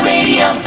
Radio